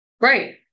Right